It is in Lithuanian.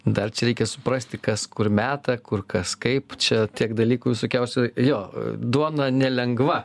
dar čia reikia suprasti kas kur meta kur kas kaip čia tiek dalykų visokiausių jo duona nelengva